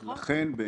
לכן,